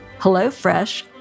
HelloFresh